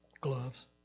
gloves